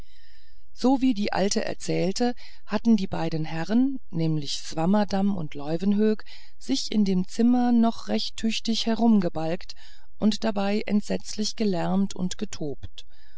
so wie die alte erzählte hatten die beiden herren nämlich swammerdamm und leuwenhoek sich in dem zimmer noch recht tüchtig herumgebalgt und dabei entsetzlich gelärmt und getobt